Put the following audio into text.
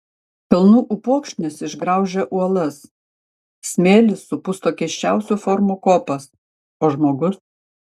kalnų upokšnis išgraužia uolas smėlis supusto keisčiausių formų kopas o žmogus